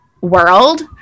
world